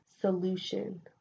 solution